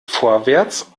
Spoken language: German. vorwärts